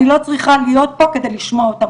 אני לא צריכה להיות פה כדי לשמוע אותם.